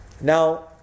Now